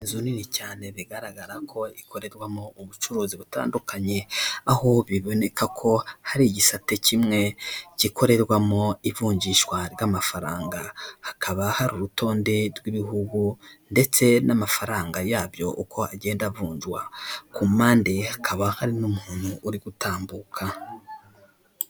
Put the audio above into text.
Inzu nini cyane bigaragara ko ikorerwamo ubucuruzi butandukanye aho biboneka ko hari igisate kimwe gikorerwamo ivunjishwa ry'amafaranga hakaba hari urutonde rw'ibihugu ndetse n'amafaranga yabyo uko agenda avunjwa ku mpande hakaba hari n'umuntu uri gutambuka.